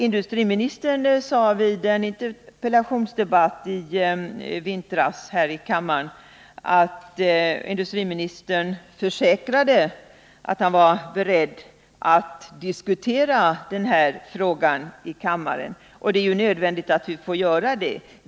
Industriministern försäkrade i en interpellationsdebatt i vintras att han var beredd att diskutera den här frågan i kammaren, och det är nödvändigt att vi får göra det.